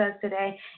today